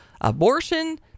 abortion